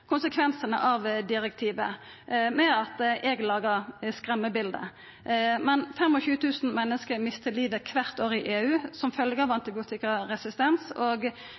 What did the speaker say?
konsekvensane av direktivet, med at eg lagar skremmebilete. Men 25 000 menneske mistar livet kvart år i EU som følgje av antibiotikaresistens, og